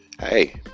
hey